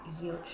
huge